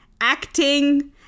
acting